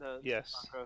Yes